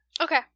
Okay